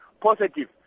positive